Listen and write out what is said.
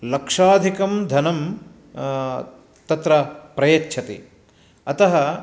लक्षाधिकं धनं तत्र प्रयच्छति अतः